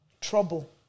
trouble